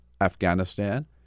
Afghanistan